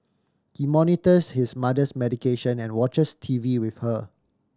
he monitors his mother's medication and watches T V with her